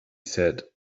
said